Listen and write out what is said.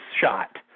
shot